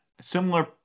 similar